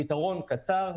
פתרון קצר,